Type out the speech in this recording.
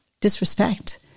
disrespect